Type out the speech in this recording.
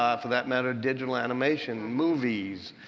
ah for that matter digital animation, movies.